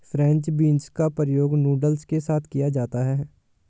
French beans का प्रयोग noodles के साथ किया जाता है